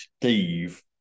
steve